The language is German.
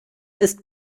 ist